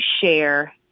share